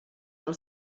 del